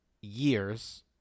years